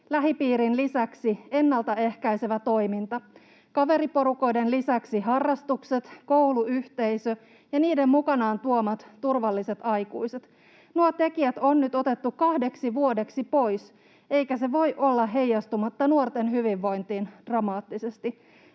lähipiirin lisäksi ennaltaehkäisevä toiminta: kaveriporukoiden lisäksi harrastukset, kouluyhteisö ja niiden mukanaan tuomat turvalliset aikuiset. Nuo tekijät on nyt otettu kahdeksi vuodeksi pois, eikä se voi olla heijastumatta nuorten hyvinvointiin dramaattisesti.